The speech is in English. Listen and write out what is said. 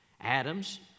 Adams